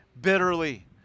bitterly